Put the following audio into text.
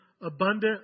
abundant